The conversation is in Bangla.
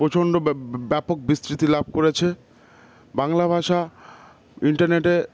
প্রচণ্ড ব্যা ব্যাপক বিস্তৃতি লাভ করেছে বাংলা ভাষা ইন্টারনেটে